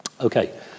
Okay